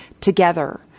together